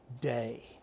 day